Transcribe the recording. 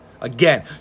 Again